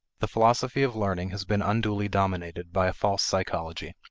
the philosophy of learning has been unduly dominated by a false psychology.